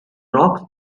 rocks